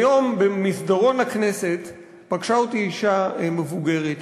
היום במסדרון הכנסת פגשה אותי אישה מבוגרת,